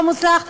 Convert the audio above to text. לא מוצלח,